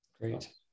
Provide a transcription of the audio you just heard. Great